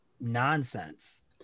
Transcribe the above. nonsense